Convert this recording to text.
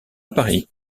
paris